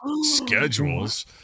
schedules